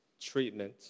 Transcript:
treatment